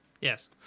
Yes